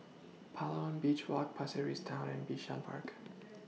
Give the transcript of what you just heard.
Palawan Beach Walk Pasir Ris Town and Bishan Park